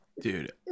dude